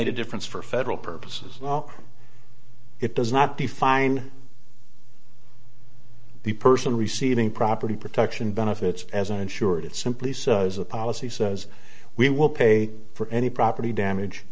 made a difference for federal purposes it does not define the person receiving property protection benefits as an insured it simply says a policy says we will pay for any property damage